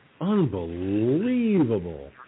Unbelievable